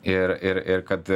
ir ir ir kad